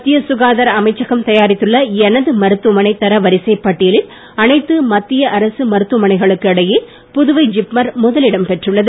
மத்திய சுகாதார அமைச்சகம் தயாரித்துள்ள எனது மருத்துவமனை தரவரிசைப் பட்டியலில் அனைத்து மத்திய அரசு மருத்துவமனைகளுக்கு இடையே புதுவை ஜிப்மர் முதலிடம் பெற்றுள்ளது